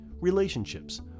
relationships